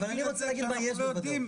אבל אני רוצה להגיד מה יש בוודאות.